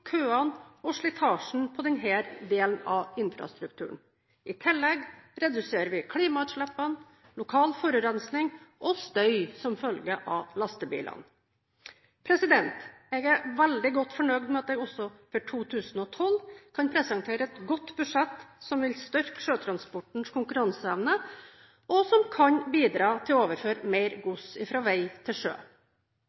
køene og slitasjen på denne delen av infrastrukturen. I tillegg reduserer vi klimautslipp, lokal forurensning og støy som følge av lastebilene. Jeg er veldig godt fornøyd med at jeg også for 2012 kan presentere et godt budsjett, som vil styrke sjøtransportens konkurranseevne, og som kan bidra til å overføre mer